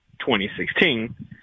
2016